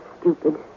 stupid